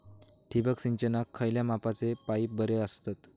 ठिबक सिंचनाक खयल्या मापाचे पाईप बरे असतत?